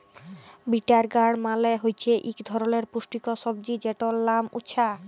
bitter গাড় মালে হছে ইক ধরলের পুষ্টিকর সবজি যেটর লাম উছ্যা